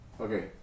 Okay